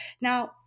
Now